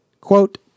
quote